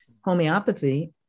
Homeopathy